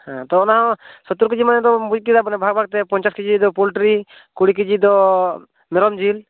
ᱦᱮᱸ ᱛᱚ ᱚᱱᱟ ᱦᱚᱸ ᱥᱚᱛᱳᱨ ᱠᱤᱡᱤ ᱢᱟᱱᱮᱫᱚᱢ ᱵᱩᱡ ᱠᱮᱫᱟ ᱢᱟᱱᱮ ᱵᱷᱟᱜ ᱵᱷᱟᱜ ᱛᱮ ᱯᱚᱸᱧᱪᱟᱥ ᱠᱤᱜᱤ ᱫᱚ ᱯᱚᱞᱴᱨᱤ ᱠᱩᱲᱤ ᱠᱤᱡᱤ ᱫᱚ ᱢᱮᱨᱚᱢ ᱡᱤᱞ